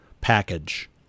package